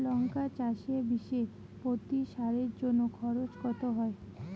লঙ্কা চাষে বিষে প্রতি সারের জন্য খরচ কত হয়?